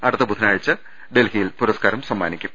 അടുത്ത ബുധനാഴ്ച്ച ഡൽഹിയിൽ പുരസ്കാരം സമ്മാനിക്കും